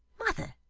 mother,